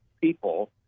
people